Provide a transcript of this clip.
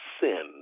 sin